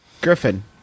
griffin